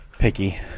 picky